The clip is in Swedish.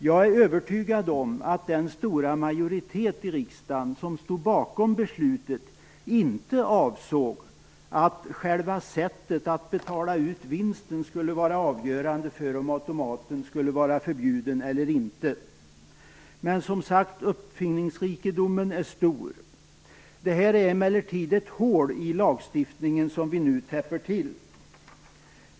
Jag är övertygad om att den stora majoritet i riksdagen som stod bakom beslutet inte avsåg att själva sättet att betala ut vinsten skulle vara avgörande för om automaten skulle vara förbjuden eller inte. Men uppfinningsrikedomen är som sagt stor. Detta är emellertid ett hål i lagstiftningen som vi nu täpper till.